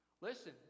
Listen